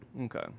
Okay